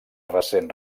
recent